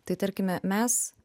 tai tarkime mes